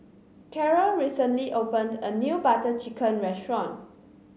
Karel recently opened a new Butter Chicken restaurant